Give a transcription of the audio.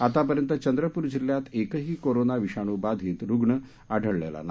आतापर्यंत चंद्रपूर जिल्ह्यात एकही कोरोना विषाणू बाधीत रुग्ण आढळलेला नाही